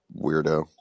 weirdo